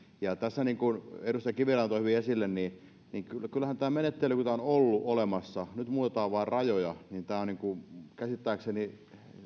niin kuin edustaja kiviranta toi hyvin esille kyllähän tämä menettely on ollut olemassa nyt muutetaan vain rajoja tässä on käsittääkseni